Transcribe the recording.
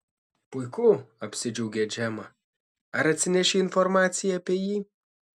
puiku apsidžiaugė džemą ar atsinešei informaciją apie jį